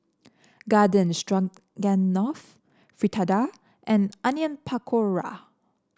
Garden Stroganoff Fritada and Onion Pakora